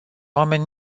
oameni